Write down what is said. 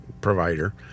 provider